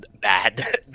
bad